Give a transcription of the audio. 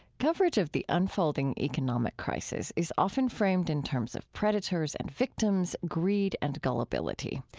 coverage of the unfolding economic crisis is often framed in terms of predators and victims, greed and gullibility.